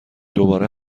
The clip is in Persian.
دوباره